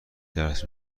درس